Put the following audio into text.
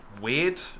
weird